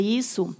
isso